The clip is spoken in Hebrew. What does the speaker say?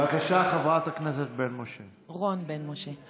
בבקשה, חברת הכנסת רון בן משה.